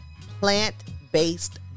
plant-based